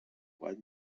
باید